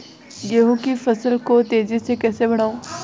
गेहूँ की फसल को तेजी से कैसे बढ़ाऊँ?